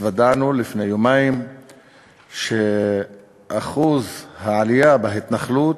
שהתוודענו לפני יומיים לכך שאחוז העלייה בהתנחלות,